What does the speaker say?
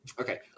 Okay